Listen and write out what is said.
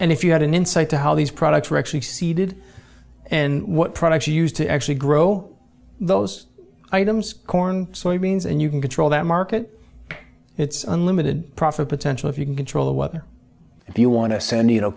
and if you had an insight to how these products were actually seeded and what products are used to actually grow those items corn soybeans and you can control that market it's unlimited profit potential if you can control the weather if you want to send you know